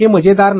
हे मजेदार नाही